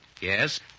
Yes